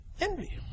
Envy